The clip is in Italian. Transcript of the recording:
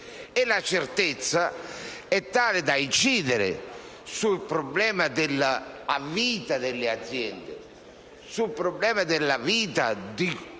La certezza è tale da incidere sul problema della vita delle aziende e sul problema della vita degli